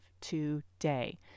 today